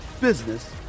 business